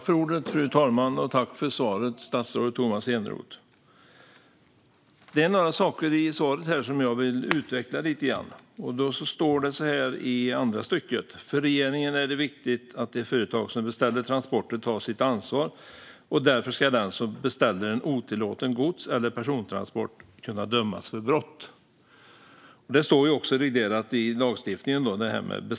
Fru talman! Tack för svaret, statsrådet Tomas Eneroth! Det är några saker i svaret som jag vill utveckla lite grann. I andra stycket står det: "För regeringen är det viktigt att de företag som beställer transporter tar sitt ansvar, och därför ska den som beställer en otillåten gods eller persontransport kunna dömas för brott." Beställaransvaret är alltså reglerat i lagstiftningen.